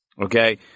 Okay